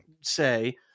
say